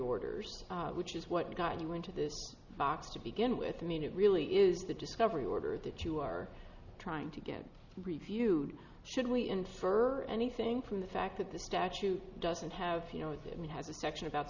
orders which is what got you into this box to begin with i mean it really is the discovery order that you are trying to get reviewed should we infer anything from the fact that the statute doesn't have you know the i mean has a section about